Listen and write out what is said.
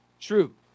true